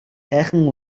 сайхан